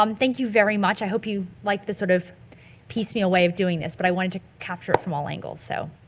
um thank you very much. i hope you liked this sort of piecemeal way of doing this, but i wanted to capture it from all angles so.